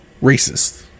racist